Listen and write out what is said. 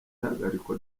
ihagarikwa